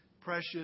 precious